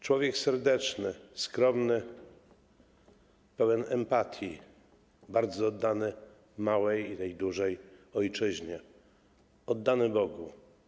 Człowiek serdeczny, skromny, pełen empatii, bardzo oddany małej i tej dużej ojczyźnie, oddany Bogu.